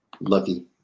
lucky